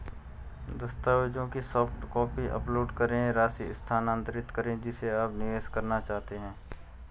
दस्तावेजों की soft copy upload करें, राशि स्थानांतरित करें जिसे आप निवेश करना चाहते हैं